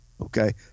Okay